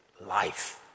life